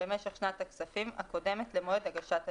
במשך שנת הכספים הקודמת למועד הגשת הדיווח,